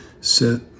sit